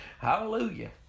Hallelujah